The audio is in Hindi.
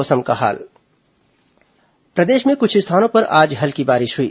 मौसम प्रदेश में कुछ स्थानों पर आज हल्की बारिश हुई